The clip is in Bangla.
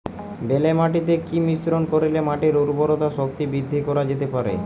বেলে মাটিতে কি মিশ্রণ করিলে মাটির উর্বরতা শক্তি বৃদ্ধি করা যেতে পারে?